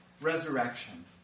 resurrection